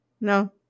No